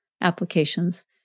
applications